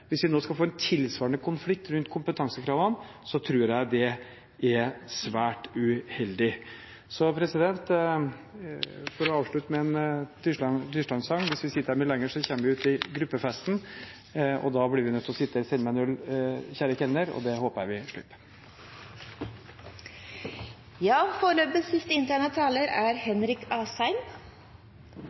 Hvis vi nå skal få en tilsvarende konflikt rundt kompetansekravene, tror jeg det er svært uheldig. For å avslutte med en Tysland-sang: Hvis vi sitter her mye lenger, kommer vi ut i gruppefesten, og da blir vi nødt til å sitte stille med «en øl, kjære kelner», og det håper jeg vi slipper. Neste taler er representanten Henrik Asheim.